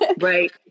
right